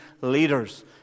leaders